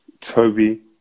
Toby